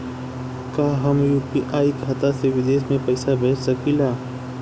का हम यू.पी.आई खाता से विदेश में पइसा भेज सकिला?